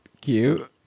cute